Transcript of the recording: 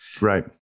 Right